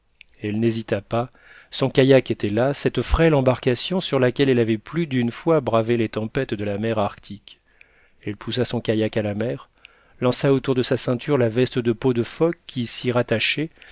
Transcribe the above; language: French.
elle n'hésita pas son kayak était là cette frêle embarcation sur laquelle elle avait plus d'une fois bravé les tempêtes de la mer arctique elle poussa son kayak à la mer laça autour de sa ceinture la veste de peau de phoque qui s'y rattachait